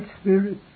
spirit